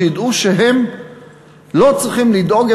שידעו שהם לא צריכים לדאוג,